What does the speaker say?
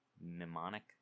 mnemonic